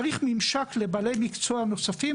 צריך ממשק לבעלי מקצוע נוספים,